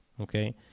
okay